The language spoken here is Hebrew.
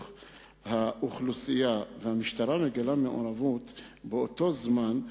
האוכלוסייה והמשטרה מגלה מעורבות באותו זמן,